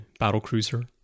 battlecruiser